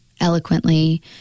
eloquently